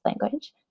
language